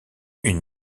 une